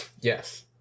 Yes